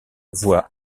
voit